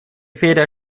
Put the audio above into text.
feder